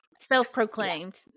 self-proclaimed